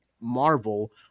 Marvel